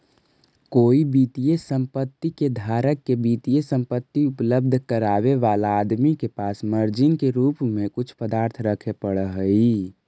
कोई वित्तीय संपत्ति के धारक के वित्तीय संपत्ति उपलब्ध करावे वाला आदमी के पास मार्जिन के रूप में कुछ पदार्थ रखे पड़ऽ हई